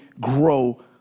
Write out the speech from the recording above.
grow